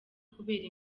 kubera